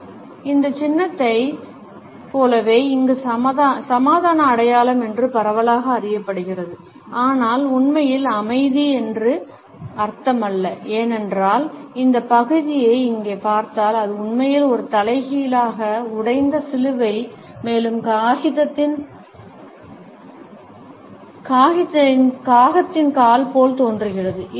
ஐப் பார்க்கவும் இந்த சின்னத்தைப் போலவே இங்கு சமாதான அடையாளம் என்று பரவலாக அறியப்படுகிறது ஆனால் உண்மையில் அமைதி என்று அர்த்தமல்ல ஏனென்றால் இந்த பகுதியை இங்கே பார்த்தால் அது உண்மையில் ஒரு தலைகீழாக உடைந்த சிலுவை மேலும் காகத்தின் கால் போல் தோன்றுகிறது